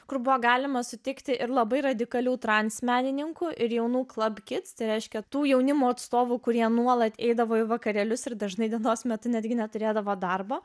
kur buvo galima sutikti ir labai radikalių menininkų ir jaunų jaunimo atstovų kurie nuolat eidavo į vakarėlius ir dažnai dienos metu netgi neturėdavo darbo